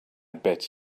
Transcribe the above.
bet